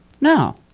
No